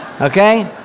okay